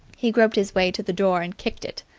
he groped his way to the door and kicked it.